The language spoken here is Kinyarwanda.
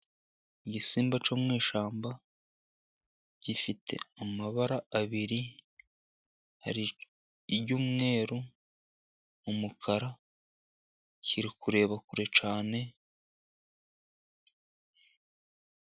Igisimba cyo mu ishyamba gifite amabara abiri, hari iry'umweru, umukara kiri kureba kure cyane.